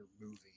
movie